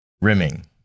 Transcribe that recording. Rimming